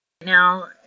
now